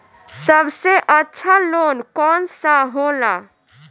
सबसे अच्छा लोन कौन सा होला?